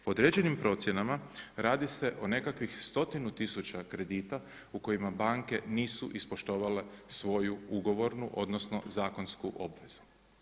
Po određenim procjenama radi se o nekakvih stotinu tisuća kredita u kojima banke nisu ispoštovale svoju ugovornu odnosno zakonsku obvezu.